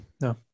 No